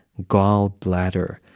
gallbladder